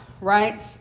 right